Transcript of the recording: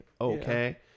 Okay